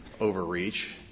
overreach